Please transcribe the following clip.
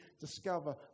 discover